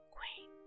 Queen